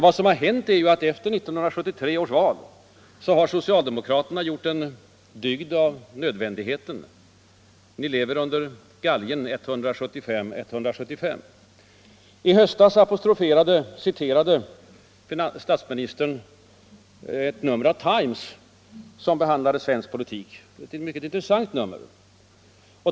Vad som nu hänt är ju att socialdemokraterna efter 1973 års val har gjort en dygd av nödvändigheten. Ni lever under galgen på grund av jämviktsläget 175-175 i riksdagen. I höstas citerade statsministern ett nummer av Times, som var helt ägnat åt att behandla vårt land och svensk politik. Det är ett mycket intressant nummer.